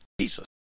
Jesus